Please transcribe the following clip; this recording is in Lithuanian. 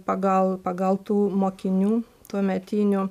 pagal pagal tų mokinių tuometinių